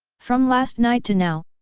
from last night to now,